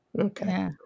Okay